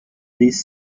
these